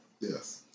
Yes